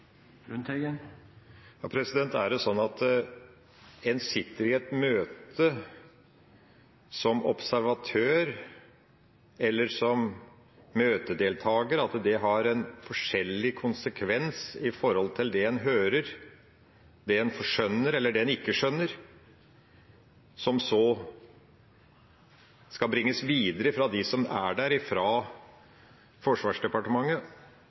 Er det sånn at når en sitter i et møte som observatør eller som møtedeltager, har det en forskjellig konsekvens med hensyn til det en hører, det en skjønner, eller det en ikke skjønner, som så skal bringes videre fra dem som er der fra Forsvarsdepartementet,